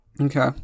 okay